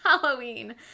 Halloween